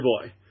boy